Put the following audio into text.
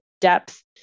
depth